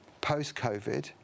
post-covid